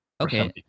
okay